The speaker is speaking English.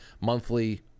monthly